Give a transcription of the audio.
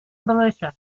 militia